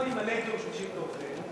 בימי שלישי אחר-הצהריים.